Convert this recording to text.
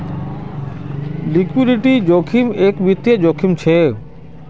liquidity जोखिम एक वित्तिय जोखिम छे